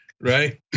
right